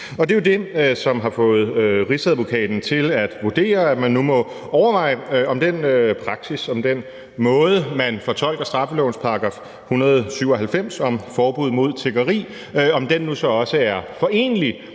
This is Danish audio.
Det er det, som har fået Rigsadvokaten til at vurdere, at man nu må overveje, om den praksis, om den måde, man fortolker straffelovens § 197 om forbud mod tiggeri på, nu også er forenelig